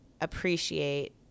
appreciate